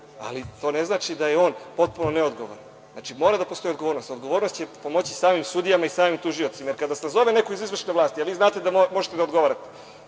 ali to ne znači da je on potpuno neodgovoran. Znači, mora da postoji odgovornost. Odgovornost je pomoći samim sudijama i samim tužiocima. Jer, kada vas nazove neko iz izvršne vlasti, a vi znate da možete da odgovarate,